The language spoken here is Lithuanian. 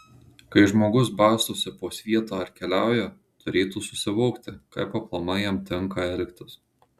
kai žmogus bastosi po svietą ar keliauja turėtų susivokti kaip aplamai jam tinka elgtis